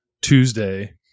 Tuesday